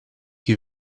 you